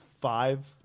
five